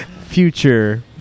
Future